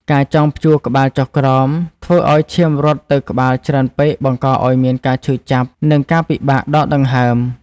ការចងព្យួរក្បាលចុះក្រោម ធ្វើឱ្យឈាមរត់ទៅក្បាលច្រើនពេកបង្កឱ្យមានការឈឺចាប់និងការពិបាកដកដង្ហើម។